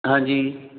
ਹਾਂਜੀ